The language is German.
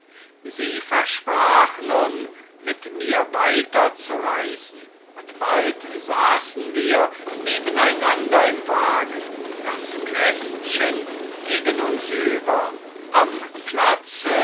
sie versprach nun mit mir weiterzureisen und bald saßen wir nebeneinander im wagen das kästchen gegen uns über am platze